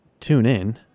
TuneIn